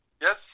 Yes